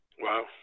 Wow